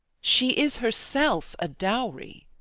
she is herself a dowry.